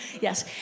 yes